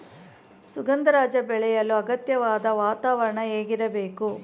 ಸುಗಂಧರಾಜ ಬೆಳೆಯಲು ಅಗತ್ಯವಾದ ವಾತಾವರಣ ಹೇಗಿರಬೇಕು?